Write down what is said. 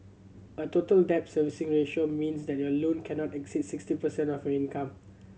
a Total Debt Servicing Ratio means that your loan cannot exceed sixty percent of income